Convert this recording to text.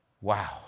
Wow